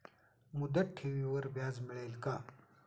मुदत ठेवीवर व्याज मिळेल का?